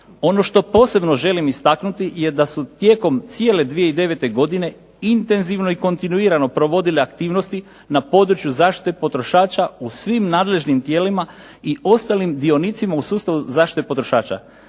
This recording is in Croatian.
Ono što posebno želim istaknuti je da su tijekom cijele 2009. godine intenzivno i kontinuirano provodile aktivnosti na području zaštite potrošača u svim nadležnim tijelima i ostalim dionicima u sustavu zaštite potrošača.